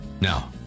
Now